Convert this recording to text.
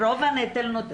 רוב הנטל נופל עליהן.